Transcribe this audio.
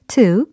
Two